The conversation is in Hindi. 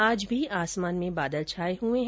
आज भी आसमान मे बादल छाये हुए है